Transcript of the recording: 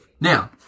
Now